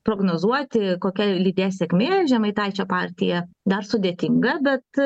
prognozuoti kokia lydės sėkmė žemaitaičio partiją dar sudėtinga bet